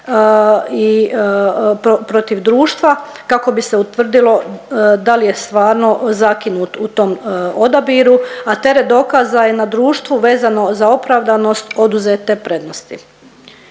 i protiv društva kako bi se utvrdilo da li je stvarno zakinut u tom odabiru, a teret dokaza je na društvu vezano za opravdanost oduzete prednosti.